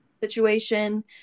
situation